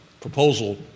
proposal